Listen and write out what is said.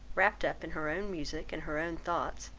wrapped up in her own music and her own thoughts,